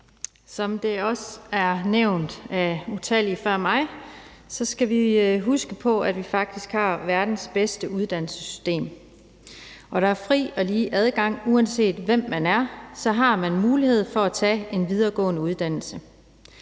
Som det også er blevet nævnt af utallige andre før mig, skal vi huske på, at vi faktisk har verdens bedste uddannelsessystem, og at der er fri og lige adgang. Uanset hvem man er, har man mulighed for at tage en videregående uddannelse.